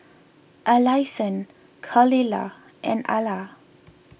Alyson Khalilah and Ala